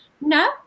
No